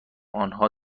آنها